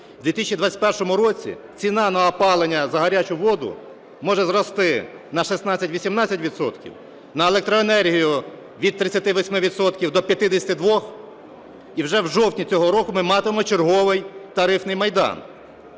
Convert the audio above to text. в 2021 році ціна на опалення за гарячу воду може зрости на 16-18 відсотків, на електроенергію – від 38 відсотків до 52. І вже в жовтні цього року ми матимемо черговий "тарифний майдан".